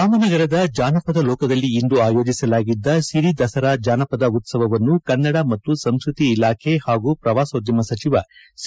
ರಾಮನಗರದ ಜಾನಪದ ಲೋಕದಲ್ಲಿ ಇಂದು ಆಯೋಜಿಸಲಾಗಿದ್ದ ಸಿರಿ ದಸರಾ ಜಾನಪದ ಉತ್ಸವವನ್ನು ಕನ್ನಡ ಮತ್ತು ಸಂಸ್ಕೃತಿ ಇಲಾಖೆ ಹಾಗೂ ಪ್ರವಾಸೋದ್ಯಮ ಸಚಿವ ಸಿ